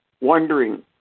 wondering